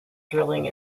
drilling